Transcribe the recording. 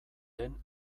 den